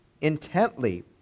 intently